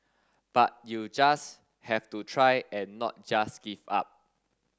but you just have to try and not just give up